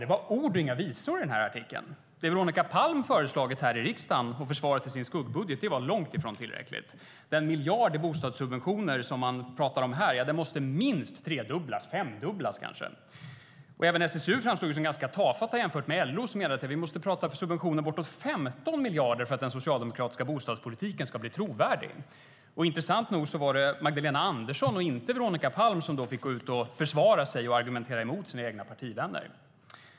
Det var ord och inga visor i den här artikeln. Det Veronica Palm föreslagit här i riksdagen och försvarat i sin skuggbudget var långt ifrån tillräckligt. Den miljard i bostadssubventioner som man pratar om här måste minst tredubblas, kanske femdubblas. Även SSU framstod som ganska tafatt jämfört med LO, som menade att vi måste prata om subventioner bortåt 15 miljarder för att den socialdemokratiska bostadspolitiken ska bli trovärdig. Intressant nog var det Magdalena Andersson och inte Veronica Palm som fick gå ut och försvara sig och argumentera mot sina egna partivänner.